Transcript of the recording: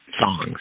songs